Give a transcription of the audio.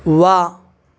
واہ